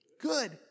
Good